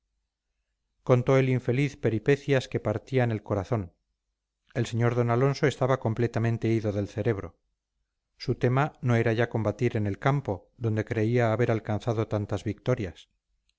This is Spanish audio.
desangrándose contó el infeliz peripecias que partían el corazón el sr d alonso estaba completamente ido del cerebro su tema no era ya combatir en el campo donde creía haber alcanzado tantas victorias